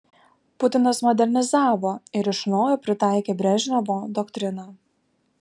putinas modernizavo ir iš naujo pritaikė brežnevo doktriną